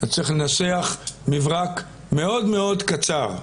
אז צריך לנסח מברק מאוד מאוד קצר.